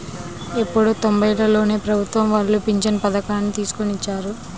ఎప్పుడో తొంబైలలోనే ప్రభుత్వం వాళ్ళు పింఛను పథకాన్ని తీసుకొచ్చారు